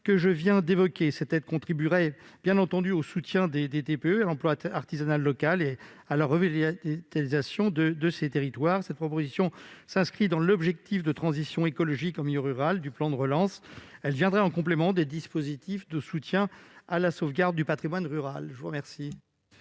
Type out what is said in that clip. opérations, laquelle contribuerait en outre à soutenir les TPE et l'emploi artisanal local, ainsi que la revitalisation de ces territoires. Cette proposition s'inscrit dans l'objectif de transition écologique en milieu rural du plan de relance et viendrait en complément des dispositifs de soutien à la sauvegarde du patrimoine rural. Les deux